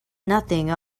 nothing